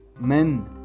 men